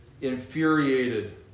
infuriated